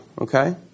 Okay